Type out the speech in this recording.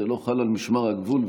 זה לא חל על משמר הגבול,